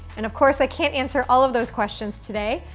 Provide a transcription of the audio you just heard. and, of course i can't answer all of those questions today,